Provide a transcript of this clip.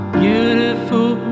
beautiful